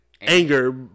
Anger